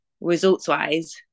results-wise